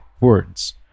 words